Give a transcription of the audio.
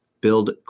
build